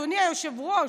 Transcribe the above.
אדוני היושב-ראש,